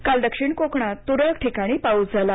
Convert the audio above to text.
काल दक्षिण कोकणात तुरळक ठिकाणी पाऊस झाला